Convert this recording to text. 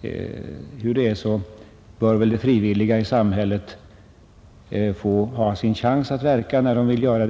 ty hur det än är så bör det frivilliga engagemanget i samhället ha möjligheter att verka positivt, när det vill göra det.